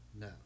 No